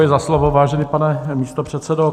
Děkuji za slovo, vážený pane místopředsedo.